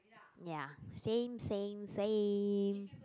ya same same same